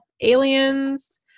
aliens